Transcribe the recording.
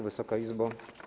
Wysoka Izbo!